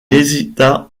hésita